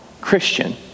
Christian